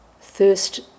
Thirst